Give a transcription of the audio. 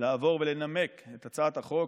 לעבור ולנמק את הצעת החוק.